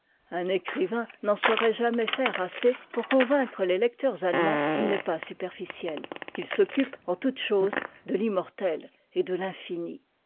un écrivain n'en saurait jamais faire assez pour convaincre les lecteurs allemands qu'il n'est pas superficiel qu'il s'occupe en toutes choses de l'immortel et de